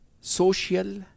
social